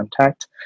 contact